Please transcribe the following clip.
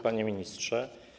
Panie Ministrze!